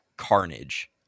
carnage